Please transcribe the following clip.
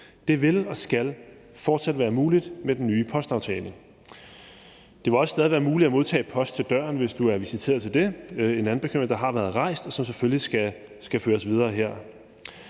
Det vil og skal fortsat være muligt med den nye postaftale. Det vil også stadig være muligt at modtage post til døren, hvis du er visiteret til det – det er en anden bekymring, der har været rejst, og som selvfølgelig skal føres videre her.